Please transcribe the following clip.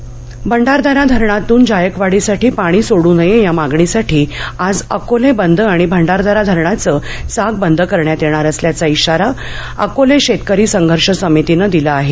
आंदोलन भंडारदरा धरणातून जायकवाडीसाठी पाणी सोडू नये या मागणीसाठी आज अकोले बंद आणि भंडारदरा धरणाचं चाक बंद करणार असल्याचा इशारा अकोले शेतकरी संघर्ष समितीनं दिला आहे